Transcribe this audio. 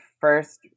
first